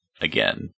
again